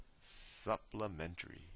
Supplementary